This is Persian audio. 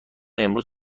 امروز